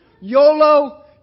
YOLO